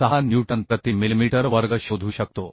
06 newton प्रति millimetre वर्ग शोधू शकतो